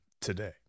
today